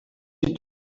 you